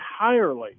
entirely